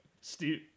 Steve